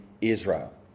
Israel